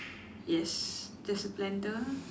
yes that's a blender